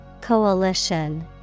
Coalition